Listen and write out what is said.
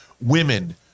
women